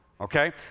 Okay